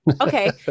Okay